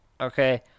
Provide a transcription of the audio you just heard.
okay